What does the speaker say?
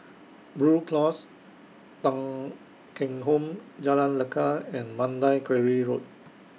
Blue Cross Thong Kheng Home Jalan Lekar and Mandai Quarry Road